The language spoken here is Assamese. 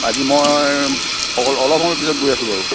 আজি মই অ অলপ সময় পিছত গৈ আছোঁ বাৰু